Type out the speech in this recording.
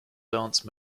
dance